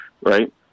Right